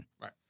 Right